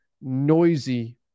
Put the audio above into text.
noisy